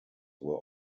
were